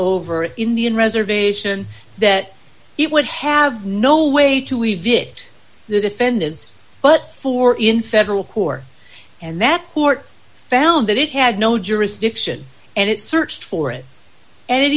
over indian reservation that it would have no way to leave it the defendants but for in federal court and that court found that it had no jurisdiction and it searched for it and